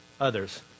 others